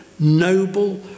noble